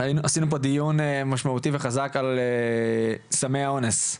עשינו פה דיון משמעותי וחזק על סמי האונס.